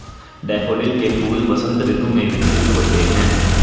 daffodil के फूल वसंत ऋतु में विकसित होते हैं